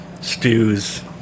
stews